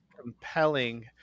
compelling